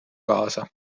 kaasa